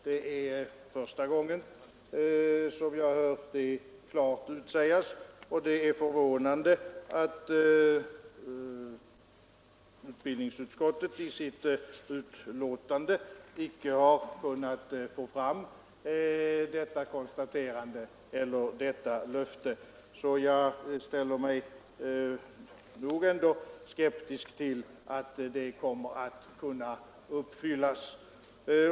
Det är första gången som jag hör detta klart utsägas, och det är förvånande att utbildningsutskottet till sitt betänkande inte har kunnat få fram detta löfte. Jag ställer mig nog skeptisk till att det kommer att kunna uppfyllas.